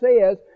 says